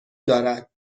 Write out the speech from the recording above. دارد